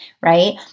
right